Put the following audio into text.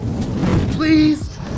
Please